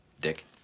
Dick